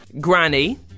Granny